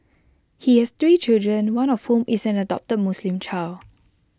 he has three children one of whom is an adopted Muslim child